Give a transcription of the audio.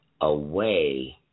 away